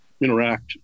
interact